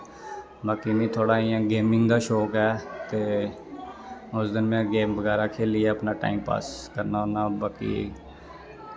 बाकी मिगी थोह्ड़ा इ'यां गेमिंग दा शौंक ऐ ते उस दिन में गेम बगैरा खेलियै अपना टाईम पास करना होन्ना बाकी